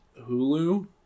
Hulu